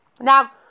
Now